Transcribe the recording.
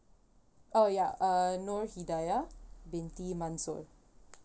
oh ya uh nur hidayah binti mansor